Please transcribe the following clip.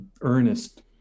earnest